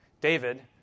David